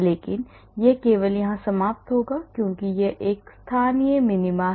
लेकिन यह केवल यहां समाप्त होगा क्योंकि यह एक स्थानीय मिनीमा है